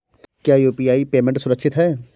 क्या UPI payment सुरक्षित है?